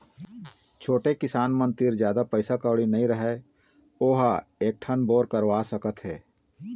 छोटे किसान मन तीर जादा पइसा कउड़ी नइ रहय वो ह एकात ठन बोर करवा सकत हे